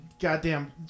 goddamn